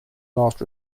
last